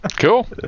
Cool